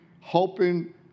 hoping